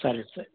సరే సరే